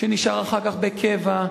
שנשאר אחר כך בקבע,